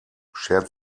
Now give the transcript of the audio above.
schert